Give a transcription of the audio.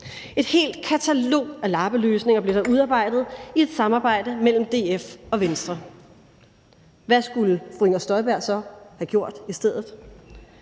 et helt katalog af lappeløsninger blev der udarbejdet i et samarbejde mellem DF og Venstre. Hvad skulle fru Inger Støjberg så have gjort i stedet?